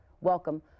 Welcome